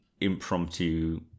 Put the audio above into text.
impromptu